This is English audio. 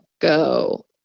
go